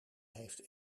heeft